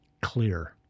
clear